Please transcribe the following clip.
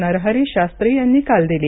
नरहरी शास्त्री यांनी काल दिली